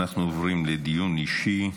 אנחנו עוברים לדיון אישי.